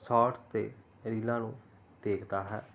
shorts ਅਤੇ ਰੀਲਾਂ ਨੂੰ ਦੇਖਦਾ ਹੈ